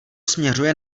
směřuje